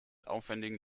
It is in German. aufwendigen